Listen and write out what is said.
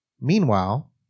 Meanwhile